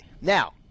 Now